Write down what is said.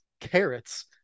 carrots